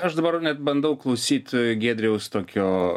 aš dabar net bandau klausyti giedriaus tokio